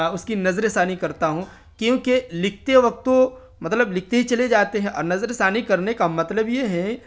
اس کی نظر ثانی کرتا ہوں کیوںکہ لکھتے وقت تو مطلب لکھتے ہی چلے جاتے ہیں اور نظر ثانی کرنے کا مطلب یہ ہے